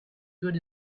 good